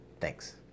Thanks